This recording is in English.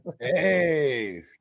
Hey